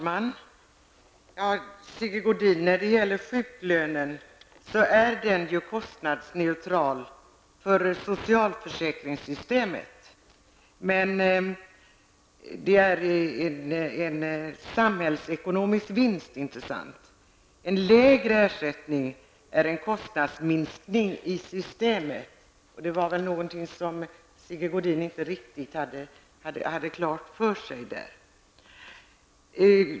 Herr talman! Sjuklönen är ju kostnadsneutral för socialförsäkringssystemet, Sigge Godin. Men den innebär en samhällsekonomisk vinst, inte sant! En lägre ersättning är en kostnadsminskning i systemet. Det var väl någonting Sigge Godin inte hade riktigt klart för sig.